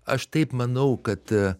aš taip manau kad